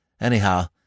Anyhow